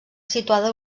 situada